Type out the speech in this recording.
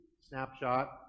snapshot